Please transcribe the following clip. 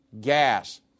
gas